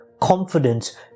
confidence